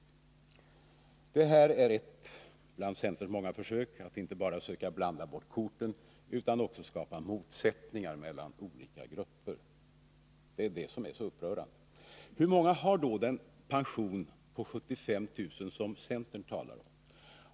Det är ett bland centerns många försök att inte bara söka blanda bort korten utan också skapa motsättningar mellan olika grupper. Det är detta som är så upprörande. Hur många har den pension på 75 000 kr. som centern talar om?